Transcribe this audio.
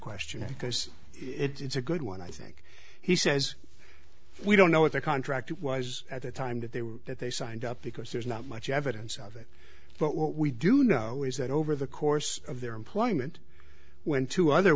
question because it's a good one i think he says we don't know what the contract was at the time that they were that they signed up because there's not much evidence of it but what we do know is that over the course of their employment went to other